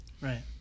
right